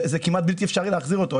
זה כמעט בלתי אפשרי להחזיר אותו.